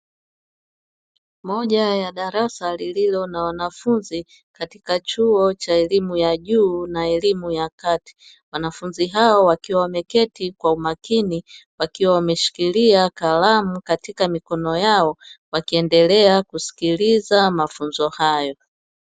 Moja ya darasa lililo na wanafunzi katika chuo cha elimu ya juu na elimu ya kati, wanafunzi wakiwa wameketi kwa umakini wakiwa wameshikilia kalamu katika mikono yao, wakiendelea kusikiliza mafunzo hayo.